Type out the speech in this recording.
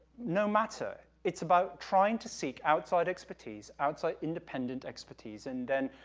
no matter, it's about trying to seek outside expertise, outside independent expertise, and then,